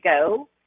go